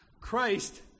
Christ